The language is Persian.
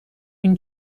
این